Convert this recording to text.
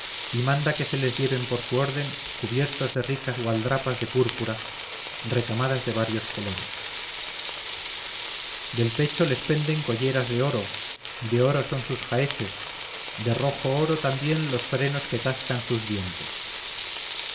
y manda que se les lleven por su orden cubiertos de ricas gualdrapas de púrpura recamadas de varios colores del pecho les penden colleras de oro de oro son sus jaeces de rojo oro también los frenos que tascan sus dientes